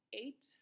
eight